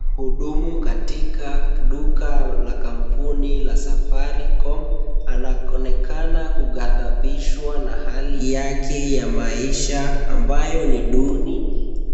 Mhudumu katika duka la kampuni la Safaricom, anaonekana kughadhabishwa na hali yake ya maisha ambayo ni duni.